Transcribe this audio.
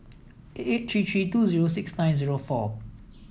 eight eight three three two zero six nine zero four